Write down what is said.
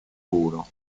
uno